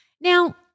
Now